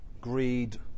Greed